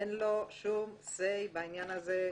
אין לו שום 'סיי' בעניין הזה,